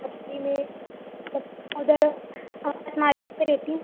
में मतलब उधर पर रहती हूँ